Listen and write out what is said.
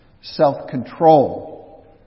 self-control